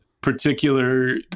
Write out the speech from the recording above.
particular